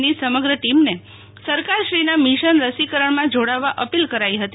ની સમગ્ર ટીમને સરકારશ્રીના મિશન રસીકરણમાં જોડાવવા પીલ કરાઇ હતી